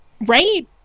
Right